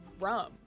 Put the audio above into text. rum